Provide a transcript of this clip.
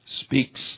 speaks